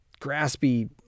graspy